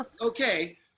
okay